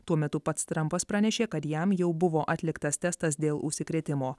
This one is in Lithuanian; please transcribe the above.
tuo metu pats trampas pranešė kad jam jau buvo atliktas testas dėl užsikrėtimo